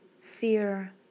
Fear